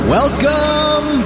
Welcome